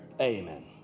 Amen